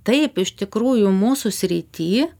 taip iš tikrųjų mūsų srity